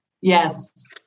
Yes